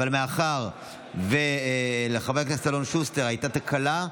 אבל מאחר שלחבר הכנסת אלון שוסטר הייתה תקלה,